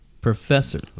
professor